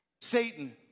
Satan